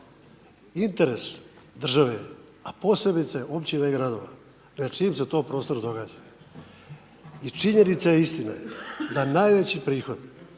interes države a posebice općina i gradova na čijem se to prostoru događa. I činjenica je i istina je da najveći prihod